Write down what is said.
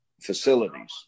facilities